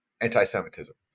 anti-Semitism